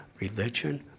religion